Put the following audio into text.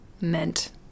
meant